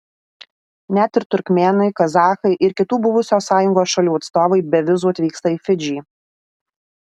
net ir turkmėnai kazachai ir kitų buvusios sąjungos šalių atstovai be vizų atvyksta į fidžį